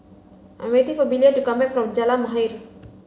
I'm waiting for Belia to come back from Jalan Mahir